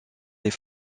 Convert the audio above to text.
les